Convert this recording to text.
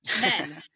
Men